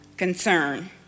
concern